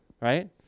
Right